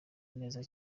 neza